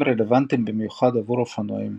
והם רלוונטיים במיוחד עבור אופנועים